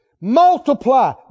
Multiply